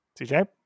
CJ